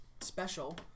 special